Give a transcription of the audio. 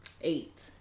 Eight